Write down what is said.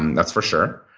and that's for sure.